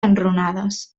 enrunades